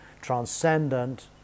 transcendent